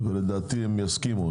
לדעתי הם יסכימו.